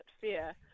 fear